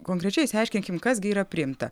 konkrečiai išsiaiškinkim kas gi yra priimta